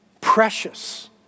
Precious